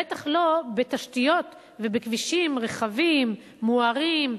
בטח לא בתשתיות ובכבישים רחבים, מוארים,